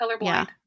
Colorblind